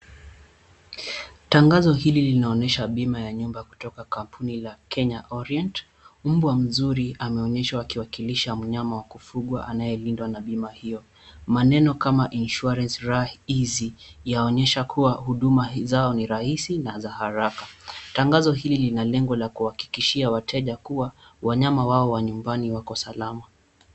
Tangazo hili linaonyesha bima ya nyumba kutoka kampuni la Kenya Orient. Mbwa mzuri ameonyeshwa akiwakilisha mnyama wa kufuguwa anayelindwa na bima hiyo. Maneno kama insurance raha easy yaonyesha kuwa huduma zao ni rahisi na za haraka. Tangazo hili lina lengo la kuwa hakikishia wateja, kuwa wanyama wao wa nyumbani wako salama.